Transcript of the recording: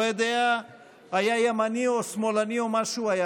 לא יודע אם היה ימני או שמאלני או מה שהיה,